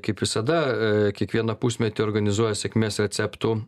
kaip visada kiekvieną pusmetį organizuoja sėkmės receptų